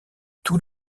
tous